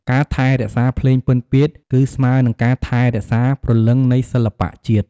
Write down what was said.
ការថែរក្សាភ្លេងពិណពាទ្យ គឺស្មើនឹងការថែរក្សាព្រលឹងនៃសិល្បៈជាតិ។